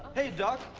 hey doc.